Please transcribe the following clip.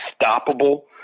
unstoppable